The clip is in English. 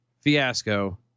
fiasco